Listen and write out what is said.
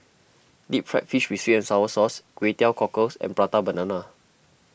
Deep Fried Fish with Sweet and Sour Sauce Kway Teow Cockles and Prata Banana